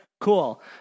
Cool